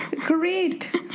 great